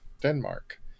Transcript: denmark